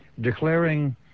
declaring